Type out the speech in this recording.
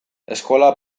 eskola